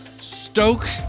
stoke